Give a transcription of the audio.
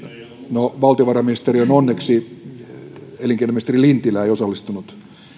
no valtiovarainministeriön onneksi elinkeinoministeri lintilä ei osallistunut